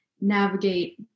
navigate